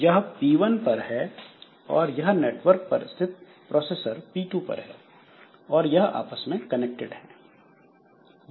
यह P1 पर है और यह नेटवर्क पर स्थित प्रोसेसर P2 पर है और यह आपस में कनेक्टेड है